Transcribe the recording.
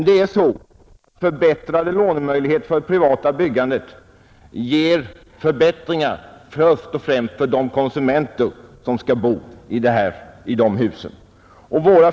De förbättrade lånemöjligheterna för det privata byggandet ger först och främst förbättringar för de konsumenter som skall bo i de uppförda husen.